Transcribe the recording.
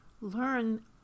learn